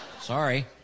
Sorry